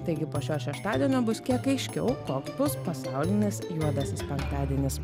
taigi po šio šeštadienio bus kiek aiškiau koks bus pasaulinis juodasis penktadienis